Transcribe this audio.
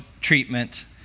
treatment